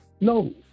No